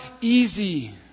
easy